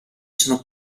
sono